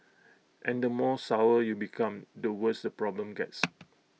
and the more sour you become the worse the problem gets